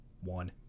one